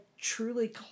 truly